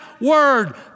word